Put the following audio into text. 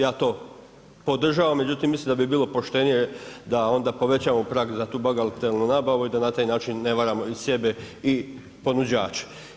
Ja to podržavam, međutim mislim da bi bilo poštenije da onda povećamo prag za tu bagatelnu nabavu i da na taj način ne varamo i sebe i ponuđače.